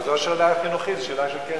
זה לא שאלה של חינוך, זאת שאלה של כסף.